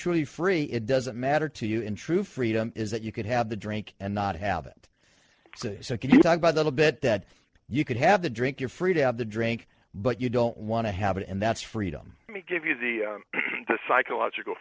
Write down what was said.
truly free it doesn't matter to you in true freedom is that you could have the drink and not have it so could you talk about little bit that you could have a drink your freedom to drink but you don't want to have it and that's freedom let me give you the psychological